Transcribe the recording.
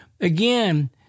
again